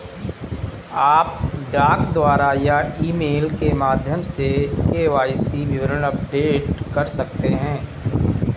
आप डाक द्वारा या ईमेल के माध्यम से के.वाई.सी विवरण अपडेट कर सकते हैं